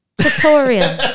tutorial